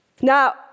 Now